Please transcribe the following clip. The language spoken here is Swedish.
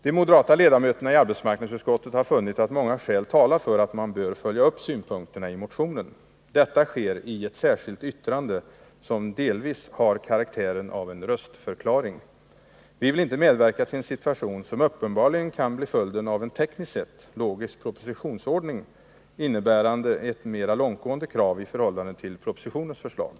De moderata ledamöterna i arbetsmarknadsutskottet har funnit att många skäl talar för att man bör följa upp synpunkterna i motionen. Detta sker i ett särskilt yttrande, som delvis har karaktären av en röstförklaring. Vi vill inte medverka till en situation — som uppenbarligen kan bli följden för vissa före av en tekniskt sett logisk propositionsordning — innebärande ett mer ningsuppdrag långtgående krav i förhållande till propositionens förslag.